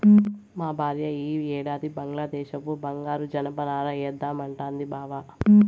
మా భార్య ఈ ఏడాది బంగ్లాదేశపు బంగారు జనపనార ఏద్దామంటాంది బావ